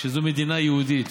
שזו מדינה יהודית.